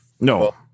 No